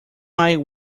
might